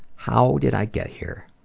how did i get here?